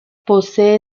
posee